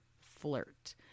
flirt